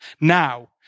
Now